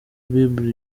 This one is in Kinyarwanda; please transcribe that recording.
bible